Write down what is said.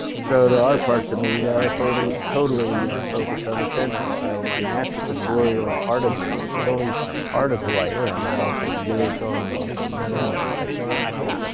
so there are parts of me that are totally totally focused on the senses so my natural corporeal part of me which is only part of who i am. i'm also spiritual. i'm also mental. i'm psychological.